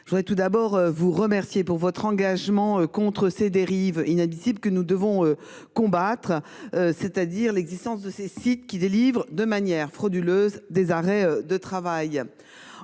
je souhaite tout d’abord vous remercier pour votre engagement contre cette dérive inadmissible et que nous devons combattre : l’existence de sites qui délivrent de manière frauduleuse des arrêts de travail.